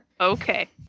okay